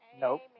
Nope